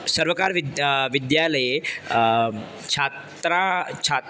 सर्वकारविद्या विद्यालये छात्राः छात्रः